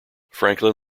franklin